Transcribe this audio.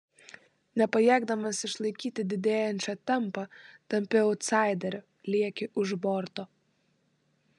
nepajėgdamas išlaikyti didėjančio tempo tampi autsaideriu lieki už borto